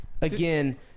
again